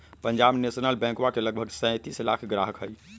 Punjab national बैंकवा के लगभग सैंतीस लाख ग्राहक हई